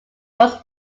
was